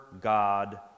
God